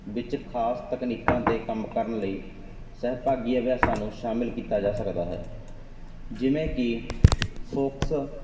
ਵਿੱਚ ਖ਼ਾਸ ਤਕਨੀਕਾਂ 'ਤੇ ਕੰਮ ਕਰਨ ਲਈ ਸਹਿਭਾਗੀ ਅਭਿਆਸਾਂ ਨੂੰ ਸ਼ਾਮਿਲ ਕੀਤਾ ਜਾ ਸਕਦਾ ਹੈ ਜਿਵੇਂ ਕਿ ਫੋਕਸ